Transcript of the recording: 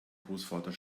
großvater